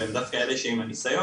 והם דווקא אלה עם הניסיון,